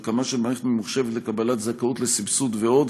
הקמה של מערכת ממוחשבת לקבלת זכאות לסבסוד ועוד.